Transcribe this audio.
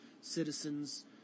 citizens